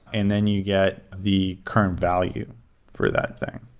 and then you get the current value for that thing.